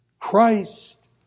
Christ